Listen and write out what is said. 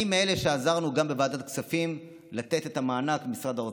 אני מאלה שעזרו גם בוועדת הכספים לתת את המענק ממשרד האוצר.